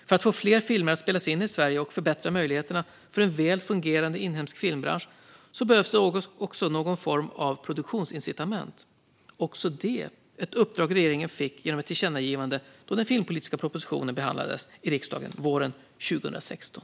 För att få fler filmer att spelas in i Sverige och förbättra möjligheterna för en väl fungerande inhemsk filmbransch behövs det någon form av produktionsincitament, också det ett uppdrag som regeringen fick genom ett tillkännagivande då den filmpolitiska propositionen behandlades i riksdagen våren 2016.